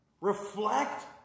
reflect